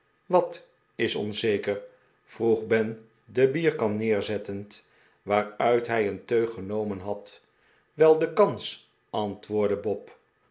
wat is onzeker vroeg ben de bierkan neerzettend waaruit hij een teug genomen had wel de kans antwoordde bob